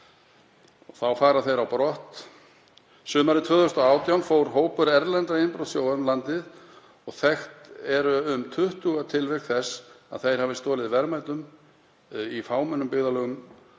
fara af landi brott. Sumarið 2018 fór hópur erlendra innbrotsþjófa um landið og þekkt eru um 20 tilvik þess að þeir hafi stolið verðmætum í fámennum byggðarlögum.